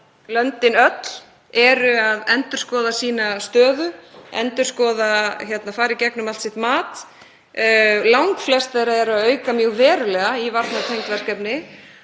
löndin öll eru að endurskoða sína stöðu, fara í gegnum allt sitt mat, langflest þeirra eru að auka mjög verulega í varnartengd verkefni,